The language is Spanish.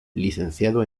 licenciado